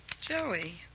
Joey